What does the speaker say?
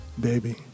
baby